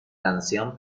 canción